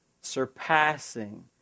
surpassing